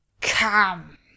come